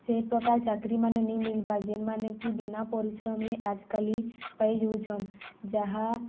ସେହି ପ୍ରକାର ଚାକିରିୀମାନେେ ନେଇ ମିଲବାର୍ ଯେନ୍ଟା ନେକ ବିନା ପରିଶ୍ରମରେ ଆଜ କଲି ପାଇଯାଉଛନ୍ ଯାହା